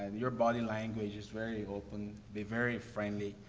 your body language is very open, be very friendly.